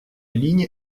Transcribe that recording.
ligne